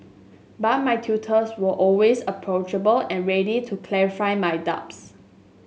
but my tutors were always approachable and ready to clarify my doubts